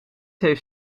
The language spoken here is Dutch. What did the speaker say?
heeft